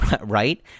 right